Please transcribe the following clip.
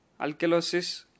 alkalosis